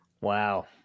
Wow